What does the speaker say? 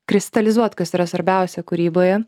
kristalizuot kas yra svarbiausia kūryboje